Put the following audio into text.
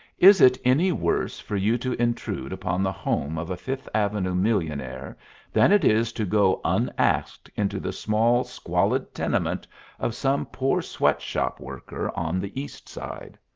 is it any worse for you to intrude upon the home of a fifth avenue millionaire than it is to go unasked into the small, squalid tenement of some poor sweatshop worker on the east side?